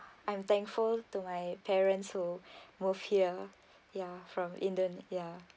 I'm thankful to my parents who move here ya from indone~ ya